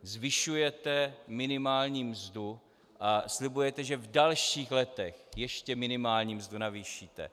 Zvyšujete minimální mzdu a slibujete, že v dalších letech ještě minimální mzdu navýšíte.